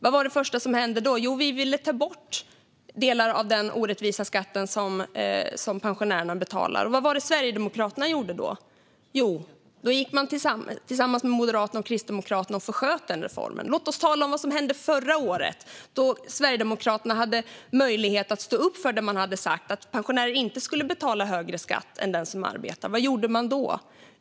Vad var det första som hände då? Jo, vi ville ta bort delar av den orättvisa skatt som pensionärerna betalar. Vad gjorde Sverigedemokraterna då? Jo, tillsammans med Moderaterna och Kristdemokraterna sköt de upp denna reform. Låt oss tala om vad som hände förra året, då Sverigedemokraterna hade möjlighet att stå upp för det som de hade sagt om att pensionärer inte ska betala högre skatt än de som arbetar. Vad gjorde de då?